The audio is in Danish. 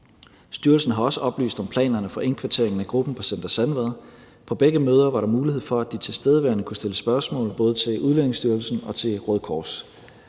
Styrelsen har også oplyst om planerne for indkvartering af gruppen på Center Sandvad. På begge møder var der mulighed for, at de tilstedeværende kunne stille spørgsmål både til Udlændingestyrelsen og til Røde Kors.